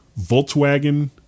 Volkswagen